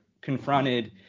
confronted